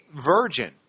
virgin